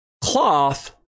cloth